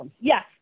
Yes